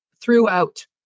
throughout